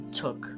took